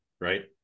right